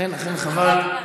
אכן חבל.